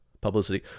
publicity